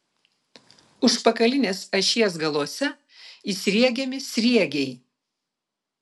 užpakalinės ašies galuose įsriegiami sriegiai